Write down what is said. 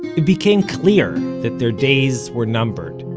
it became clear that their days were numbered.